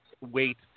weight